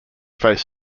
face